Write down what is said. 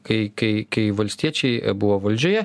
kai kai kai valstiečiai buvo valdžioje